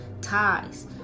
ties